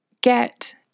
get